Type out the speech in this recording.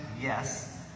yes